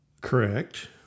Correct